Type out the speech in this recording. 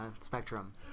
spectrum